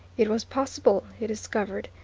it was possible, he discovered,